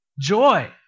Joy